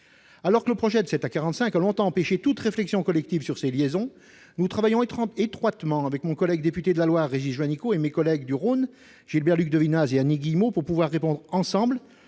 Alors que le projet de l'A 45 a longtemps empêché toute réflexion collective sur ces liaisons, nous travaillons étroitement, avec mon collègue député de la Loire Régis Juanico et mes collègues du Rhône Gilbert-Luc Devinaz et Annie Guillemot, à une réponse conjointe